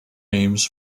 names